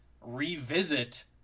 revisit